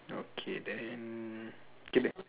okay then K next